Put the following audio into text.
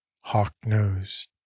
hawk-nosed